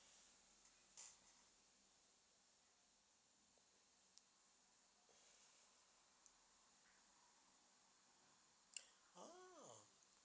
ah